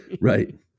Right